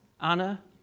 Anna